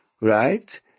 right